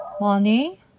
money